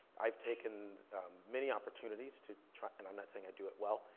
i've taken many opportunities to try, and i'm not saying i do it well.